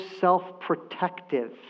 self-protective